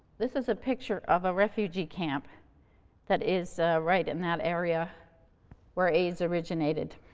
this is a picture of a refugee camp that is right in that area where aids originated.